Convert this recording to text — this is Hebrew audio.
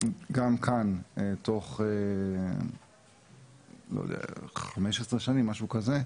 שגם כאן, תוך משהו כמו 15 שנים,